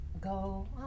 go